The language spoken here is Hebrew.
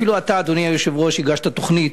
אפילו אתה, אדוני היושב-ראש, הגשת תוכנית.